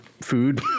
food